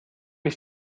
ich